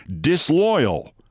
disloyal